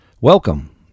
Welcome